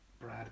brad